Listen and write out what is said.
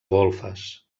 golfes